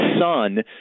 son